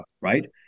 right